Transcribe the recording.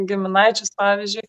giminaičius pavyzdžiui